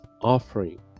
offering